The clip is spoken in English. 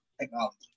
technology